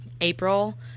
april